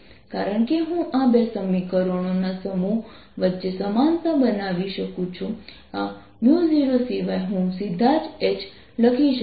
કારણ કે તમે આ તરફ જતા M વધતો જાય છે પછી M ઓછો થાય છે